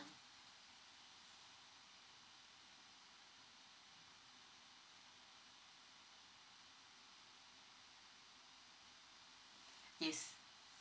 is